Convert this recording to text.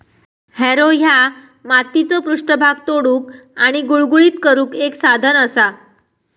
Harrow ह्या मातीचो पृष्ठभाग तोडुक आणि गुळगुळीत करुक एक साधन असा